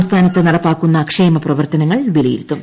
സംസ്ഥാനത്ത് നടപ്പാക്കുന്ന ക്ഷേമപ്രവർത്തനങ്ങൾ വിലയിരുത്തും